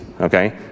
okay